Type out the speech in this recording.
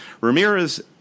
Ramirez